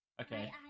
Okay